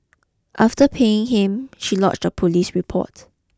after paying him she lodged a police report